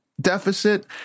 deficit